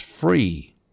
free